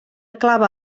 clava